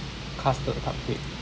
custard cupcake